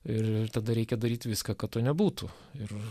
ir tada reikia daryt viską kad to nebūtų ir